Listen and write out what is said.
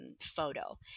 photo